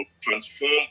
transform